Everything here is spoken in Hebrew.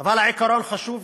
אבל גם העיקרון חשוב,